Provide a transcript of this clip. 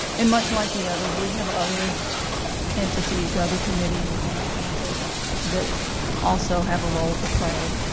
and much like the others, we have other entities, other committees on the campus that also have a role to play.